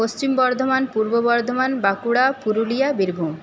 Paschim Bardhaman Purba Bardhaman Bankura Purulia Birbhum